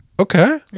okay